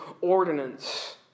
ordinance